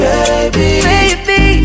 Baby